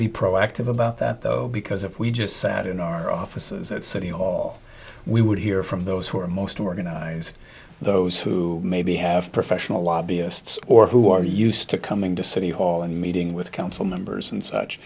be proactive about that though because if we just sat in our offices at city hall we would hear from those who are most organized those who maybe have professional lobbyists or who are used to coming to city hall and meeting with council members and such